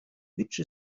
which